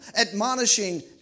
admonishing